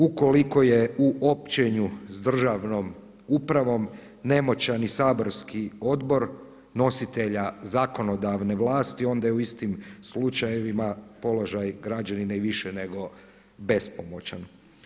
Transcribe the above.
U koliko je u općenju s državnom upravom nemoćan i saborski odbor nositelja zakonodavne vlasti onda je u istim slučajevima položaj građanina i više nego bespomoćan.